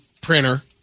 printer